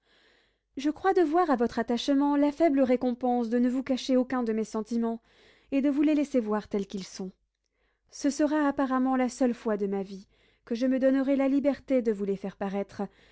je crois devoir à votre attachement la faible récompense de ne vous cacher aucun de mes sentiments et de vous les laisser voir tels qu'ils sont ce sera apparemment la seule fois de ma vie que je me donnerai la liberté de vous les faire paraître